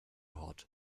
hot